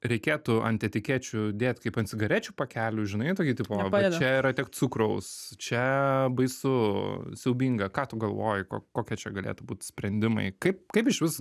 reikėtų ant etikečių dėt kaip ant cigarečių pakelių žinai tokį tipo va čia yra tiek cukraus čia baisu siaubinga ką tu galvoji ko kokie čia galėtų būti sprendimai kaip kaip išvis